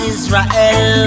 Israel